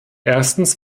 erstens